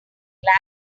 glad